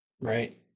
right